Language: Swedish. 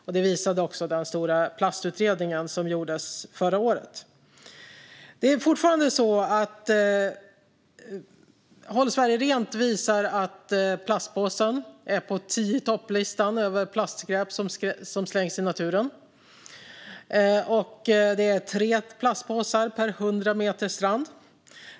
Detta visade också den stora plastutredning som gjordes förra året. Det är fortfarande så att Håll Sverige Rent visar att plastpåsen är på tio-i-topplistan över plastskräp som slängs i naturen. Det är tre plastpåsar per 100 meter strand.